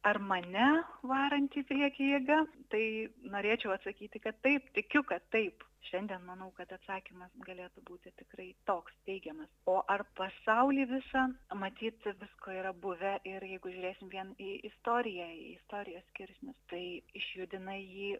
ar mane varanti į priekį jėga tai norėčiau atsakyti kad taip tikiu kad taip šiandien manau kad atsakymas galėtų būti tikrai toks teigiamas o ar pasaulį visą matyt visko yra buvę ir jeigu žiūrėsim vien į istoriją istorijos skirsnius tai išjudina jį